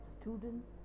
students